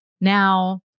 now